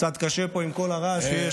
קצת קשה פה עם כל הרעש שיש,